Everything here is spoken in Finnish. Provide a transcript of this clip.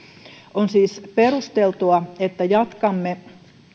on siis perusteltua että jatkamme